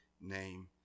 name